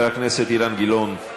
חבר הכנסת אילן גילאון, בבקשה.